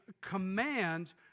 command